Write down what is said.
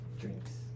drinks